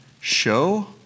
show